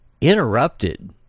interrupted